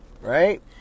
right